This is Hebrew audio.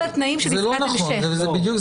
זה לא נכון.